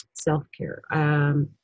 self-care